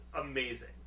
amazing